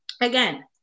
again